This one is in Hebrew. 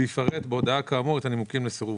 ויפרט בהודעה כאמור את הנימוקים לסירובו.